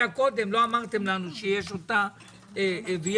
יכול להיות שעפולה הייתה עולה ל-75.